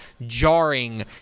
jarring